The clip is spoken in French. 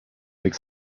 avec